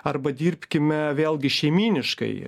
arba dirbkime vėlgi šeimyniškai